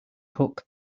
hook